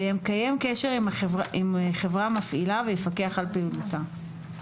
ויקיים קשר עם חברה מפעילה ויפקח על פעילותה.